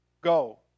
Go